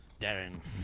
Darren